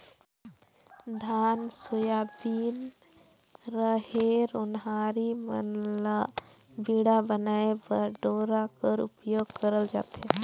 धान, सोयाबीन, रहेर, ओन्हारी मन ल बीड़ा बनाए बर डोरा कर उपियोग करल जाथे